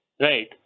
right